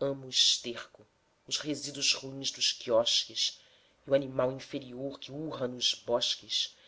amo o esterco os resíduos ruins dos quiosques e o animal inferior que urra nos bosques